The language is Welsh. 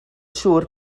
siŵr